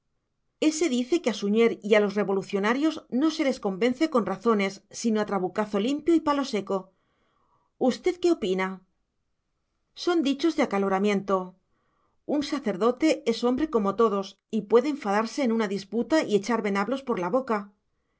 ése dice que a suñer y a los revolucionarios no se les convence con razones sino a trabucazo limpio y palo seco usted qué opina son dichos de acaloramiento un sacerdote es hombre como todos y puede enfadarse en una disputa y echar venablos por la boca